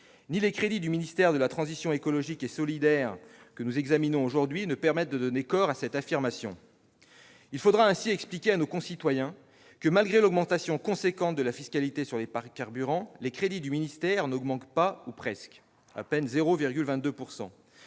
ni les crédits du ministère de la transition écologique et solidaire que nous examinons aujourd'hui, ne permettent de donner corps à cette affirmation. Il faudra ainsi expliquer à nos concitoyens que, malgré l'augmentation importante de la fiscalité sur les carburants, les crédits du ministère n'augmentent que de 0,22